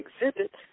exhibit